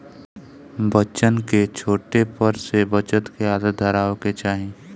बच्चन के छोटे पर से बचत के आदत धरावे के चाही